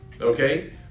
okay